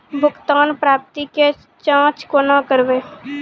भुगतान प्राप्ति के जाँच कूना करवै?